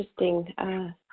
interesting